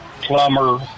plumber